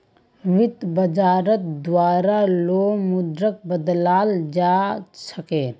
वित्त बाजारत दुसरा लो मुद्राक बदलाल जा छेक